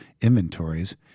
inventories